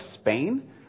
Spain